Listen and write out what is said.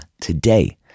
today